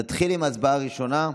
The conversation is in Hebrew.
נתחיל עם ההצבעה הראשונה,